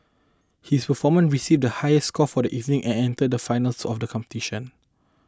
his performance received the highest score for the evening and entered the finals of the competition